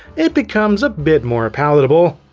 it becomes a bit more palatable.